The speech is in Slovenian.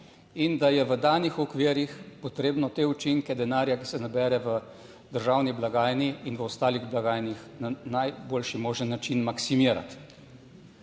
in da je v danih okvirih potrebno te učinke denarja, ki se nabere v državni blagajni in v ostalih blagajnah, na najboljši možen način maksimirati.